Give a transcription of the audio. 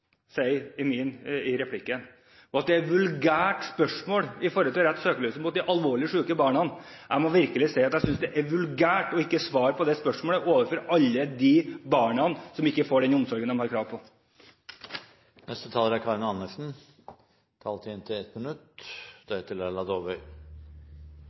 sier i replikken om at det er et vulgært spørsmål å rette søkelyset mot de alvorlig syke barna. Jeg må virkelig si at jeg synes det er vulgært overfor alle barna som ikke får omsorgen de har krav på, å ikke svare på det spørsmålet. Karin Andersen har hatt ordet to ganger i debatten, og får ordet til en kort merknad, begrenset til 1 minutt.